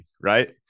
right